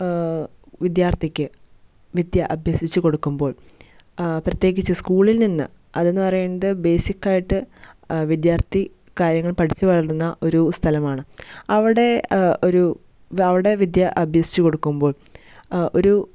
വിദ്യാർത്ഥിക്ക് വിദ്യ അഭ്യസിച്ച് കൊടുക്കുമ്പോൾ പ്രത്യേകിച്ച് സ്കൂളിൽ നിന്ന് അതെന്ന് പറയുന്നത് ബേസിക് ആയിട്ട് വിദ്യാര്ത്ഥി കാര്യങ്ങൾ പഠിച്ചു വളരുന്ന ഒരു സ്ഥലമാണ് അവിടെ ഒരു അവിടെ വിദ്യ അഭ്യസിച്ച് കൊടുക്കുമ്പോൾ ഒരു